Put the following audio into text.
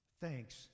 Thanks